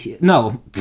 no